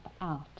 out